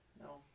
No